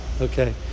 Okay